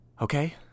Okay